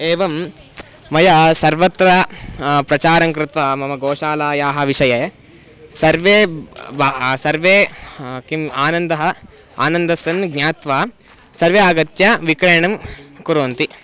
एवं मया सर्वत्र प्रचारं कृत्वा मम गोशालायाः विषये सर्वे सर्वे किम् आनन्दः आनन्दस्सन् ज्ञात्वा सर्वे आगत्य विक्रयणं कुर्वन्ति